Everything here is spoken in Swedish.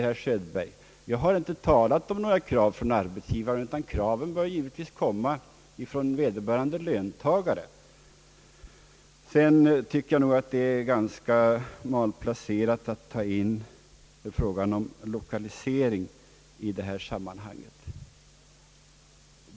Jag har inte talat om några krav från arbetsgivaren, utan kraven bör givetvis komma från vederbörande löntagare. Jag tycker nog att det är malplacerat att ta upp frågan om lokalisering i detta sammanhang.